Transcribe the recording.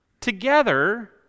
together